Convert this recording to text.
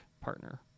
partner